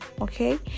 okay